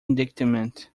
indictment